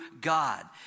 God